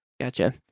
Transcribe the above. Gotcha